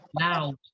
loud